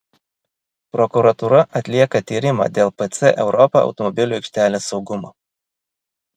prokuratūra atlieka tyrimą dėl pc europa automobilių aikštelės saugumo